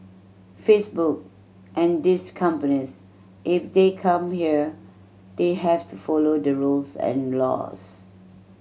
Facebook and these companies if they come here they have to follow the rules and laws